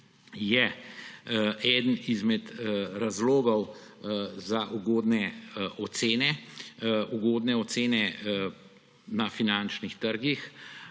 je eden izmed razlogov za ugodne ocene na finančnih trgih.